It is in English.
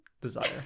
desire